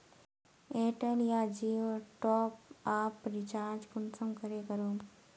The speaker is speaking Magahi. एयरटेल या जियोर टॉप आप रिचार्ज कुंसम करे करूम?